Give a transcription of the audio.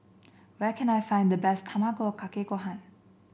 where can I find the best Tamago Kake Gohan